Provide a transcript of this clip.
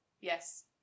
Yes